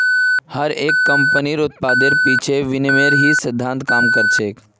हर एक कम्पनीर उत्पादेर पीछे विनिमयेर ही सिद्धान्त काम कर छे